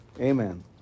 Amen